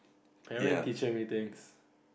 parent teaches everything